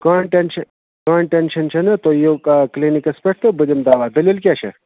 کٕہۭنۍ ٹٮ۪نشہٕ کٕہۭنۍ ٹٮ۪نشَن چھُنہٕ تُہۍ یِیِو کا کِلنِکَس پٮ۪ٹھ تہٕ بہٕ دِمہٕ دوا دٔلیٖل کیٛاہ چھےٚ